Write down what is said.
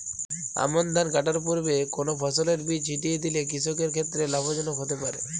আমন ধান কাটার পূর্বে কোন ফসলের বীজ ছিটিয়ে দিলে কৃষকের ক্ষেত্রে লাভজনক হতে পারে?